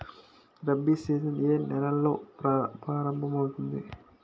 Rabi season ఏ నెలలో ప్రారంభమౌతుంది?